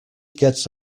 gets